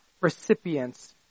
recipients